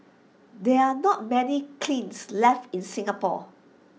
there are not many kilns left in Singapore